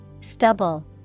Stubble